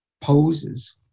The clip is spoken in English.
poses